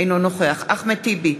אינו נוכח אחמד טיבי,